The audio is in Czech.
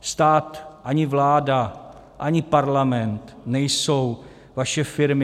Stát, ani vláda, ani Parlament nejsou vaše firmy.